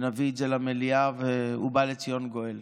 נביא את זה למליאה, ובא לציון גואל.